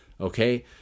Okay